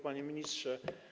Panie Ministrze!